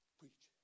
preach